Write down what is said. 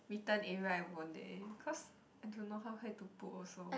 return area I won't eh cause I don't know how where to put also